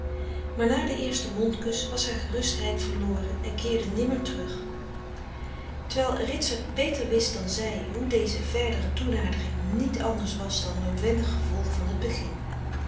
maar na den eersten mond kus was haar gerustheid verloren en keerde nimmer terug terwijl ritsert beter wist dan zij hoe deze verdere toenadering niet anders was dan noodwendig gevolg van t begin